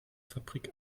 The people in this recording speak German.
fabrik